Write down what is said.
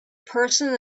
person